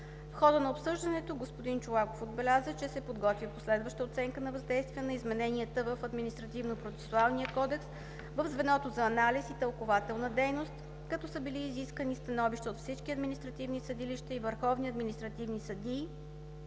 В хода на обсъждането господин Чолаков отбеляза, че се подготвя последваща оценка на въздействие на измененията в Административнопроцесуалния кодекс, в звеното за анализ и тълкувателна дейност, като са били изискани становища от всички административни съдилища и върховни административни съдии